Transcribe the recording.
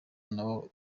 nabo